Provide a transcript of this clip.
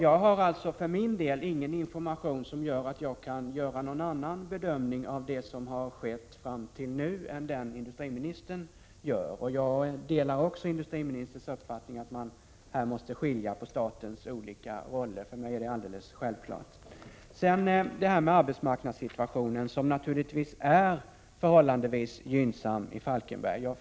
Herr talman! Jag har ingen information som tillåter mig göra någon annan bedömning än den industriministern gör av det som har skett fram till nu. Jag delar också industriministerns uppfattning om att man måste skilja på statens olika roller. För mig är det alldeles självklart. Arbetsmarknadssituationen i Falkenberg är naturligtvis förhållandevis gynnsam. Jag förnekar inte det heller.